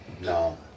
no